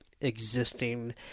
existing